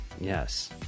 Yes